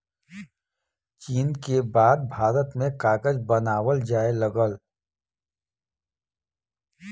चीन क बाद भारत में कागज बनावल जाये लगल